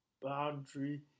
boundary